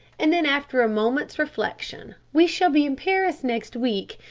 and then after a moment's reflection, we shall be in paris next week.